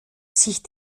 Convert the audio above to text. sich